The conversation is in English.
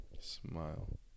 Smile